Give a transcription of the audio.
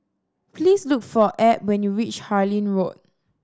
please look for Ebb when you reach Harlyn Road